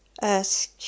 ask